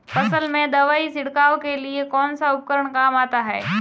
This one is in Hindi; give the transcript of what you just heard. फसल में दवाई छिड़काव के लिए कौनसा उपकरण काम में आता है?